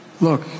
Look